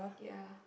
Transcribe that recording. ya